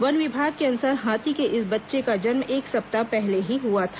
one विभाग के अनुसार हाथी के इस बच्चे का जन्म एक सप्ताह पहले ही हुआ था